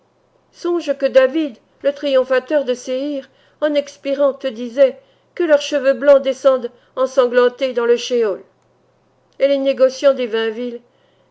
songe que david le triomphateur de séïr en expirant te disait que leurs cheveux blancs descendent ensanglantés dans le schëol et les négociants des